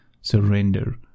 surrender